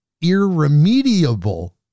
irremediable